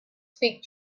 speak